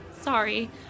sorry